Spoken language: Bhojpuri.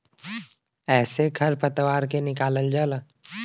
एसे खर पतवार के निकालल जाला